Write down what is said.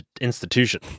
institution